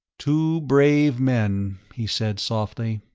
two brave men, he said softly,